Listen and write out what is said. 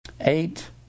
Eight